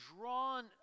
drawn